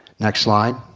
next slide.